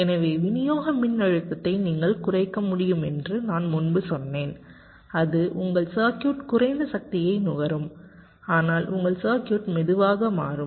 எனவே விநியோக மின்னழுத்தத்தை நீங்கள் குறைக்க முடியும் என்று நான் முன்பு சொன்னேன் அது உங்கள் சர்க்யூட் குறைந்த சக்தியை நுகரும் ஆனால் உங்கள் சர்க்யூட் மெதுவாக மாறும்